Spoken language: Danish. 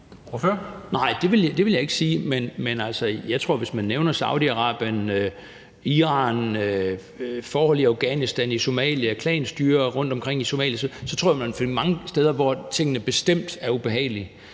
Nej, det vil jeg ikke sige, men man kan nævne Saudi-Arabien, Iran, forhold i Afghanistan, klanstyre rundtomkring i Somalia, og jeg tror, at man vil finde mange steder, hvor tingene bestemt er ubehagelige.